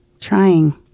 trying